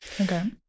Okay